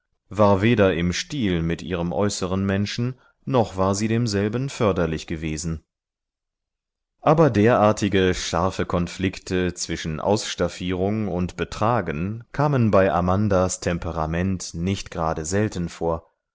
war weder im stil mit ihrem äußeren menschen noch war sie demselben förderlich gewesen aber derartige scharfe konflikte zwischen ausstaffierung und betragen kamen bei amandas temperament nicht gerade selten vor